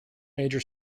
major